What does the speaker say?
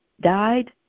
died